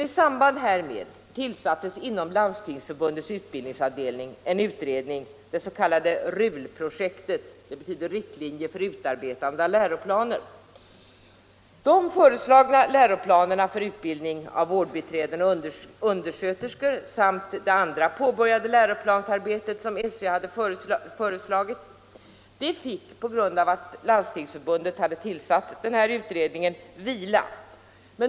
I samband härmed tillsattes inom Landstingsförbundets utbildningsavdelning en utredning, det s.k. RUL-projektet — RUL betyder riktlinjer för utarbetande av läroplaner. De föreslagna läroplanerna för utbildning av vårdbiträden och undersköterskor samt annat påbörjat läroplansarbete inom SÖ fick vila på grund av att Landstingsförbundet tillsatt denna utredning.